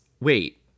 Wait